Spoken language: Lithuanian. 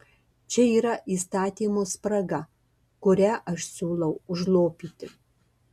čia yra įstatymo spraga kurią aš siūlau užlopyti